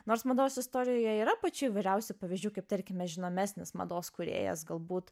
nors mados istorijoje yra pačių įvairiausių pavyzdžių kaip tarkime žinomesnis mados kūrėjas galbūt